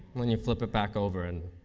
then you flip it back over and